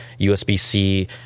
USB-C